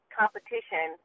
competition